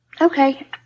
Okay